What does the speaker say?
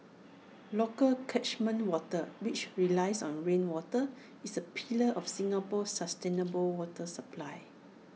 local catchment water which relies on rainwater is A pillar of Singapore's sustainable water supply